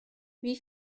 wie